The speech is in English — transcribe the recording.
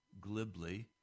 glibly